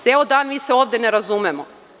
Ceo dan mi se ovde ne razumemo.